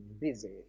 busy